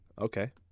Okay